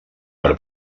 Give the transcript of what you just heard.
per